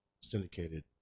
syndicated